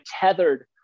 tethered